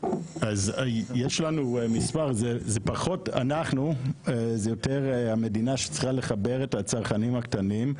זה יותר המדינה שצריכה לחבר את הצרכנים הקטנים.